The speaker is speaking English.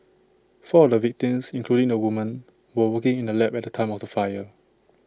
four of the victims including the woman were working in the lab at the time of the fire